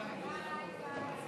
חבריי חברי הכנסת,